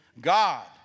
God